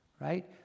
right